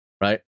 right